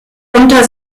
unter